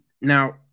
Now